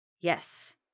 Yes